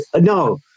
No